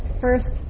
first